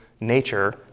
nature